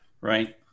Right